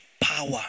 power